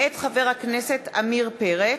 מאת חבר הכנסת עמיר פרץ,